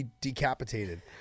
decapitated